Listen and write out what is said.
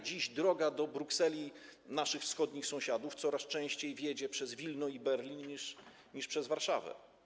Dziś droga do Brukseli naszych wschodnich sąsiadów coraz częściej wiedzie przez Wilno i Berlin niż przez Warszawę.